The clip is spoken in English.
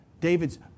David's